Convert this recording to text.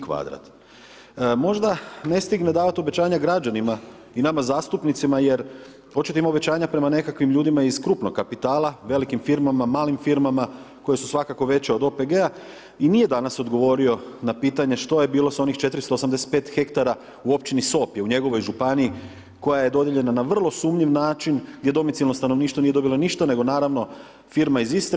Možda ne stigne davati obećanja građanima i nama zastupnicima jer očito ima obećanja prema nekakvim ljudima iz krupnog kapitala, velikim firmama, malim firmama koje su svakako veće od OPG-a i nije danas odgovorio na pitanje što je bilo s onih 485 hektara u Općini Sop u njegovoj županiji koja je dodijeljena na vrlo sumnjiv način gdje domicilno stanovništvo nije dobilo ništa nego naravno firma iz Istre.